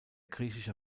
griechischer